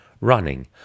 running